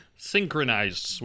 Synchronized